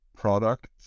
product